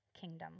kingdom